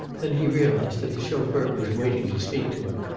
then he realized that the chauffeur was waiting to speak to him.